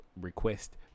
request